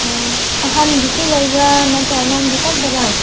ꯑꯣ ꯑꯍꯟꯒꯤꯁꯨ ꯂꯩꯕ꯭ꯔꯥ ꯅꯠꯇ꯭ꯔꯒ ꯑꯉꯥꯡꯒꯤ ꯈꯛꯇꯔꯥ